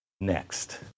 Next